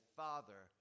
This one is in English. father